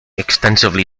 extensively